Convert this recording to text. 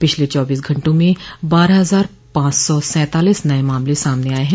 पिछले चौबीस घंटों में बारह हजार पॉच सौ सैतालिस नये मामले आये हैं